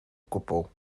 gwbl